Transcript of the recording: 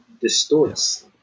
distorts